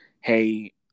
Hey